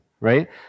right